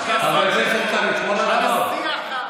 חבר הכנסת קרעי, תשמור על, על השיח הנעים שלו.